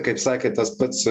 kaip sakė tas pats